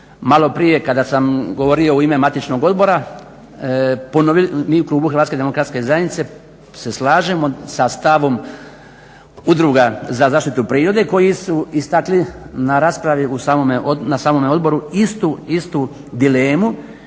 maloprije kada sam govorio u ime matičnog odbora, mi u klubu HDZ-a se slažemo sa stavom udruga za zaštitu prirode koji su istakli na raspravi u samome odboru istu dilemu